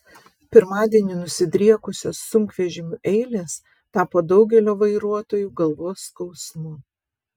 pirmadienį nusidriekusios sunkvežimių eilės tapo daugelio vairuotojų galvos skausmu